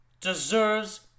deserves